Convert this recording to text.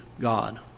God